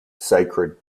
sacred